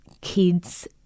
kids